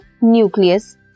nucleus